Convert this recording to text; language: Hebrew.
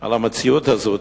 על המציאות הזאת.